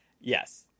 Yes